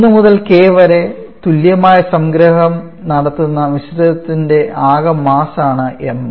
1 മുതൽ k വരെ തുല്യമായ സംഗ്രഹം നടത്തുന്ന മിശ്രിതത്തിന്റെ ആകെ മാസ്സ് ആണ് m